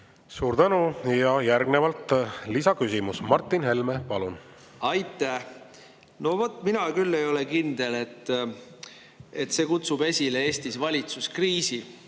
Suur tänu! Järgnevalt lisaküsimus, Martin Helme, palun! Aitäh! No mina küll ei ole kindel, et see kutsub esile Eestis valitsuskriisi,